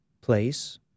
place